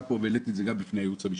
פה והעליתי את זה גם בפני הייעוץ המשפטי.